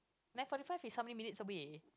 nine forty five is how many minutes away